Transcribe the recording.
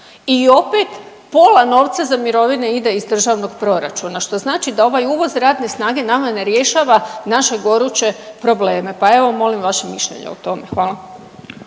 I opet pola novca za mirovine ide iz državnog proračuna što znači da ovaj uvoz radne snage nama ne rješava naše goruće probleme, pa evo molim vaše mišljenje o tome. Hvala.